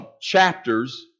chapters